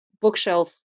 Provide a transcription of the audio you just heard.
bookshelf